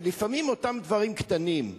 ולפעמים אותם דברים קטנים,